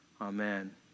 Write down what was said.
Amen